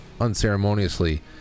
unceremoniously